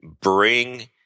bring